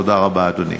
תודה רבה, אדוני.